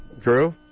Drew